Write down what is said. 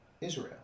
Israel